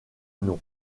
nom